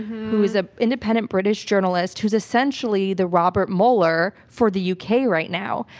who is a independent british journalist who is essentially the robert mueller for the u. k. right now.